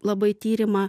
labai tyrimą